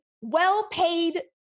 well-paid